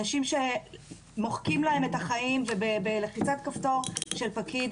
אנשים שמוחקים להם את החיים בלחיצת כפתור של פקיד.